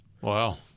Wow